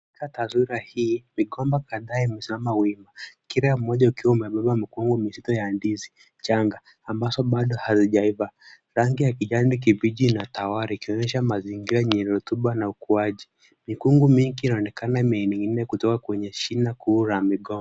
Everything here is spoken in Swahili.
Katika dharura hii, migomba kadhaa imesimama wima, kila mmoja ukiwa umebeba mkungu mzito wa ndizi changa ambazo bado hazijaiva. Rangi ya kijani kibichi inatawala, ikionyesha mazingira yenye rotuba na ukuaji. Mikungu mingi inaonekana imening'inia kutoka kwenye shina kuu la migomba.